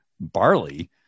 barley